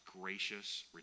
gracious